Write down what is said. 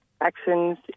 actions